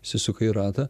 įsisuka į ratą